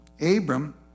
abram